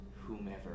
whomever